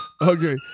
Okay